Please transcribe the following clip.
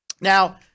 Now